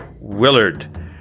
Willard